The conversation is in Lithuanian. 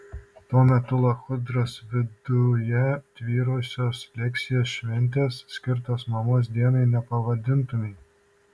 tuo metu lachudros viduje tvyrojusios leksikos šventės skirtos mamos dienai nepavadintumei